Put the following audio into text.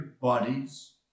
bodies